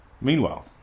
Meanwhile